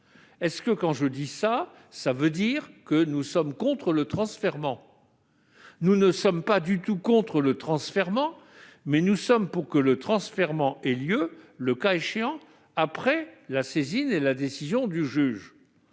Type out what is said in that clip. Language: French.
est-ce que cela signifie que nous sommes contre le transfèrement ? Nous ne sommes pas du tout contre le transfèrement : nous sommes pour que le transfèrement ait lieu, le cas échéant, après saisine et décision du juge.